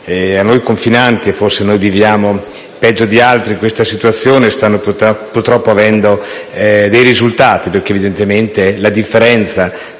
noi confinanti (forse noi viviamo peggio di altri questa situazione) stanno purtroppo producendo degli effetti, perché evidentemente la differenza